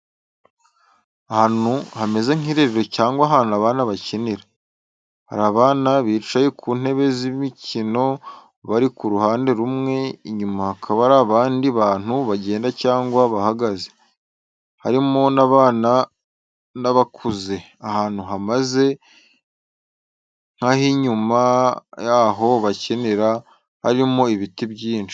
Ahantu hameze nk’ikirerero cyangwa ahantu abana bakinira. Hari abana bicaye ku ntebe z’imikino bari ku ruhande rumwe, inyuma hakaba hari abandi bantu bagenda cyangwa bahagaze, harimo n’abana n’abakuze. Ahantu hameze nk’ah’inyuma y’aho bakinira harimo ibiti byinshi.